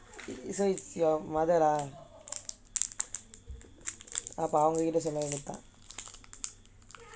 it isn't it's your mother lah ஆமா அவங்ககிட்டே சொல்றேன்:aamaa avankittae solraen